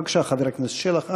בבקשה, חבר הכנסת שלח.